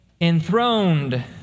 enthroned